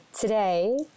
Today